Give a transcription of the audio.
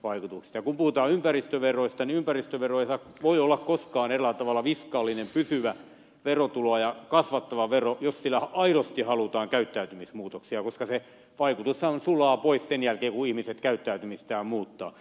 ja kun puhutaan ympäristöveroista niin ympäristövero ei voi olla koskaan eräällä tavalla fiskaalinen pysyvä verotulo ja kasvattava vero jos sillä aidosti halutaan saada käyttäytymismuutoksia koska sen vaikutushan sulaa pois sen jälkeen kun ihmiset käyttäytymistään muuttavat